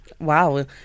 Wow